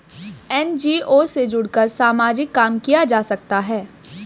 NGO से जुड़कर सामाजिक काम किया जा सकता है